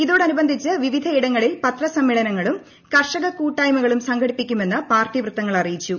ഇതോടനുബന്ധിച്ച് വിവിധ ഇടങ്ങളിൽ പത്രസമ്മേളനങ്ങളും കർഷക കൂട്ടായ്മകളും സംഘടിപ്പിക്കുമെന്ന് പാർട്ടി വൃത്തങ്ങൾ അറിയിച്ചു